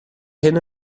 hyn